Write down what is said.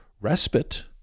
respite